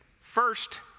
First